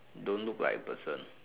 don't look like a person